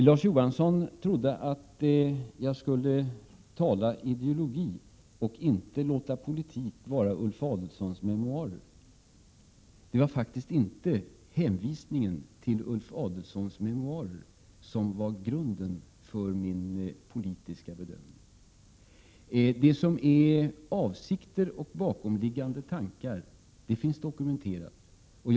Larz Johansson trodde att jag skulle tala ideologi, och inte låta politik vara Ulf Adelsohns memoarer. Det var inte hänvisningen till Ulf Adelsohns memoarer som var grunden för min politiska bedömning. Avsikter och bakomliggande tankar finns dokumenterade.